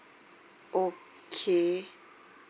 okay